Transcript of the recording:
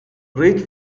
reach